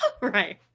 Right